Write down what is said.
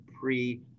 pre-